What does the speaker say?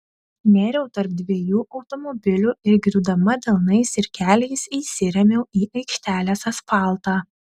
nėriau tarp dviejų automobilių ir griūdama delnais ir keliais įsirėmiau į aikštelės asfaltą